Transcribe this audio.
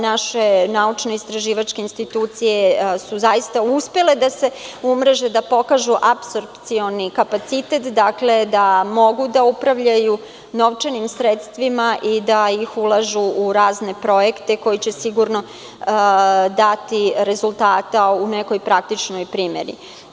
Naše naučno-istraživačke institucije su zaista uspele da se umreže i da pokažu absorpcioni kapacitet, da mogu da upravljaju novčanim sredstvima i da ih ulažu u razne projekte koji će sigurno dati rezultate u nekoj praktičnoj primeni.